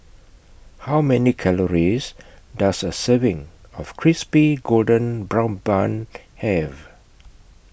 How Many Calories Does A Serving of Crispy Golden Brown Bun Have